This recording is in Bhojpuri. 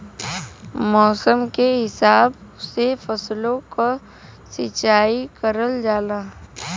मौसम के हिसाब से फसलो क सिंचाई करल जाला